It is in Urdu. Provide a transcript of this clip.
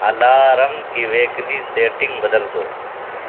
الارم کی ویکلی سیٹنگ بدل دو